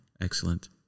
Excellent